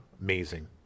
Amazing